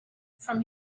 from